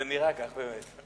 זה נראה כך באמת.